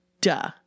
duh